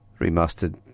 remastered